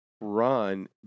run